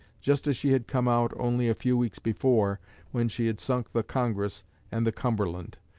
just as she had come out only a few weeks before when she had sunk the congress and the cumberland.